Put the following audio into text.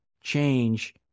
change